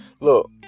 Look